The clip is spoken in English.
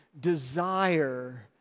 desire